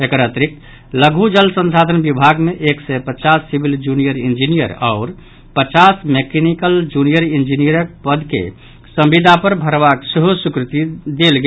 एकर अतिरिक्त लघु जल संसाधन विभाग मे एक सय पचास सिविल जूनियर इंजीनियर आओर पचास मैकेनिकल जूनियर इंजीनियरक पद के संविदा पर भरबाक सेहो स्वीकृति देल गेल